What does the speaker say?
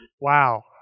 Wow